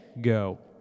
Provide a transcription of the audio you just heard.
Go